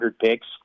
picks